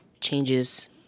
changes